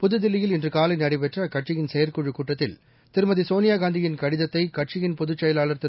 புதுதில்லியில் இன்றுகாலைநடைபெற்றஅக்கட்சியின் கூட்டத்தில் செயற்குழுக் திருமதிசோனியாகாந்தியின் கடிதத்தைகட்சியின் பொதுச் செயலாளர் திரு